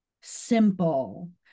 simple